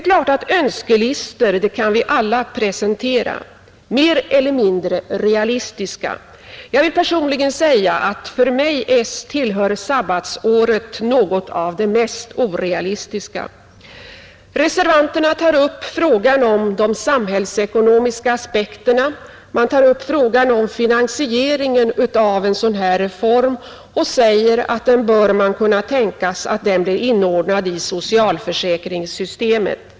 Önskelistor kan vi alla presentera — mer eller mindre realistiska. Jag vill personligen säga att jag tycker sabbatsåret är ett av de mer orealistiska önskemålen, Reservanterna tar upp de samhällsekonomiska aspekterna och säger att finansieringen av en sådan här reform bör kunna inordnas i socialförsäkringssystemet.